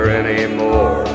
anymore